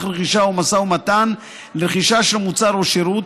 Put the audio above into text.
רכישה או משא ומתן לרכישה של מוצר או שירות,